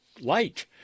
light